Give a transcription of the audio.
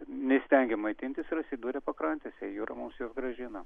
neįstengė maitintis ir atsidūrė pakrantėse jūra mums juos grąžino